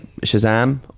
Shazam